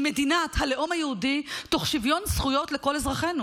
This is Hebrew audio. היא מדינת הלאום היהודי תוך שוויון זכויות לכל אזרחינו,